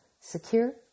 secure